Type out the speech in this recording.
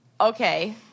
Okay